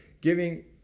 giving